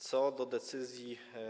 Co do decyzji.